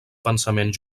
pensament